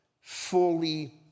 fully